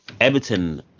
Everton